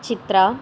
Chitra